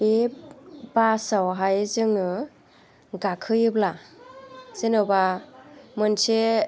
बे बासावहाय जोङो गाखोयोब्ला जेनेबा मोनसे